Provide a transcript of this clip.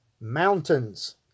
mountains